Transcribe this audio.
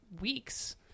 week's